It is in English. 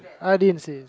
I didn't see